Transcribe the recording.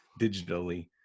digitally